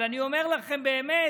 אבל אני אומר לכם באמת